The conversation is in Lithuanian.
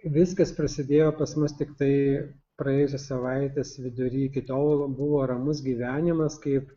viskas prasidėjo pas mus tiktai praėjusios savaitės vidury iki tol buvo ramus gyvenimas kaip